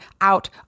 out